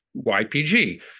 YPG